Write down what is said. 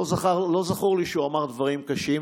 1. לא זכור לי שהוא אמר דברים קשים.